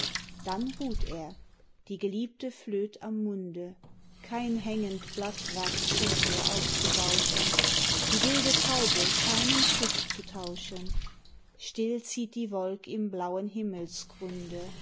dann ruht er die geliebte flöt am munde kein hängend blatt wagt zephyr aufzubauschen die wilde taube keinen kuß zu tauschen still zieht die wolk im blauen